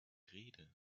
rede